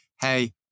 hey